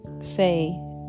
say